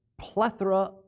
plethora